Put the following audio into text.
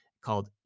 called